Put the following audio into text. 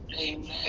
Amen